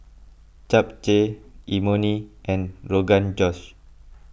Japchae Imoni and Rogan Josh